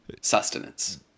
sustenance